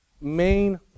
main